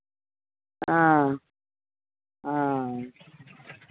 हँ हँ